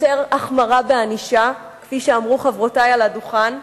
יותר החמרה בענישה, כפי שאמרו חברותי מעל הדוכן,